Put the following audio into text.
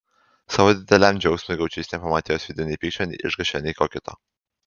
savo dideliam džiaugsmui gaučys nepamatė jos veide nei pykčio nei išgąsčio nei ko kito